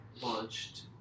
launched